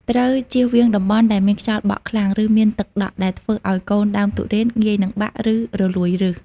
ត្រូវចៀសវាងតំបន់ដែលមានខ្យល់បក់ខ្លាំង ឬមានទឹកដក់ ដែលធ្វើឲ្យកូនដើមទុរេនងាយនឹងបាក់ ឬរលួយឫស។